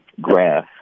graph